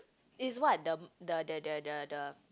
it's what the the the the the the